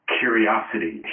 curiosity